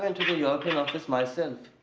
and to the european office myself.